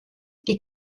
die